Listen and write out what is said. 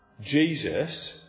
Jesus